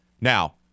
Now